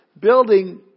building